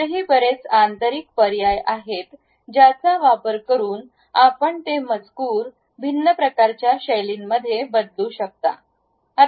इतरही बरेच आंतरिक पर्याय आहेत ज्याचा वापर करून आपण ते मजकूर भिन्न प्रकारच्या शैलींमध्ये बदलू शकता